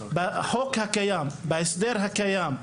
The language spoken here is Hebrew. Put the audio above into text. בהסדר הקיים,